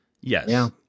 Yes